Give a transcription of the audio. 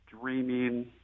dreaming